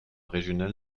régional